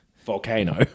Volcano